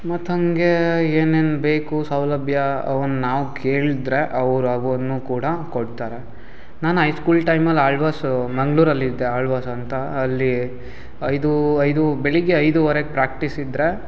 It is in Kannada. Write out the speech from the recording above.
ಮತ್ತು ಹಾಗೇ ಏನೇನು ಬೇಕು ಸೌಲಭ್ಯ ಅವನ್ನು ನಾವು ಕೇಳಿದ್ರೆ ಅವ್ರು ಅವನ್ನೂ ಕೂಡ ಕೊಡ್ತಾರೆ ನಾನು ಐ ಸ್ಕೂಲ್ ಟೈಮಲ್ಲಿ ಆಳ್ವಾಸು ಮಂಗಳೂರಲ್ಲಿದ್ದೆ ಆಳ್ವಾಸು ಅಂತ ಅಲ್ಲಿ ಐದು ಐದು ಬೆಳಗ್ಗೆ ಐದುವರೆಗೆ ಪ್ರಾಕ್ಟೀಸ್ ಇದ್ದರೆ